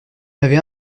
avait